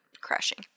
crashing